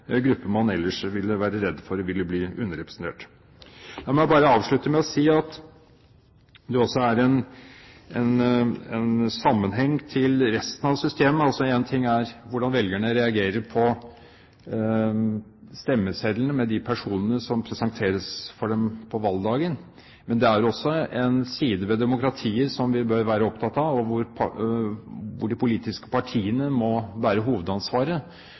Man kan også da tilgodese grupper man ellers ville være redd for ville bli underrepresentert. La meg bare avslutte med å si at det også er en sammenheng til resten av systemet. Én ting er hvordan velgerne reagerer på stemmesedlene, med de personene som presenteres for dem på valgdagen, men det er også en side ved demokratiet som vi bør være opptatt av – og hvor de politiske partiene må bære hovedansvaret